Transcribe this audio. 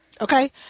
Okay